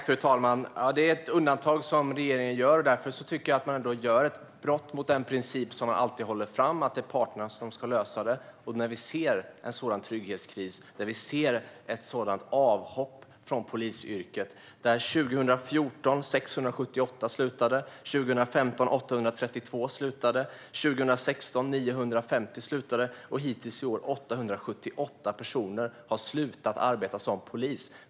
Fru talman! Det är ett undantag som regeringen gör. Därför tycker jag att man bryter mot den princip som man alltid framhåller, att det är parterna som ska lösa frågan. Vi ser nu en stor trygghetskris och ett stort avhopp från polisyrket. År 2014 slutade 678 poliser, 2015 var det 832 poliser som slutade, 2016 slutade 950 poliser. Hittills i år har 878 personer slutat att arbeta som poliser.